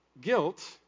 guilt